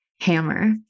Hammer